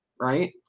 right